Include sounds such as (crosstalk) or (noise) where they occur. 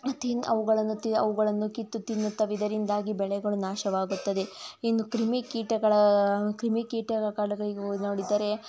ತಿನ್ ಅವುಗಳನ್ನು ತಿಂದು ಅವುಗಳನ್ನು ಕಿತ್ತು ತಿನ್ನುತ್ತವೆ ಇದರಿಂದಾಗಿ ಬೆಳೆಗಳು ನಾಶವಾಗುತ್ತದೆ ಇನ್ನು ಕ್ರಿಮಿಕೀಟಗಳ ಕ್ರಿಮಿಕೀಟ (unintelligible) ನೋಡಿದರೆ